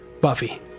Buffy